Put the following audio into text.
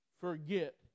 forget